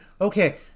okay